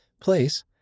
place